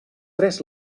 tres